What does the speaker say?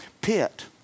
pit